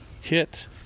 Hit